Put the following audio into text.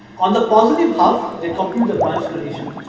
on the positive half they compute the branch condition,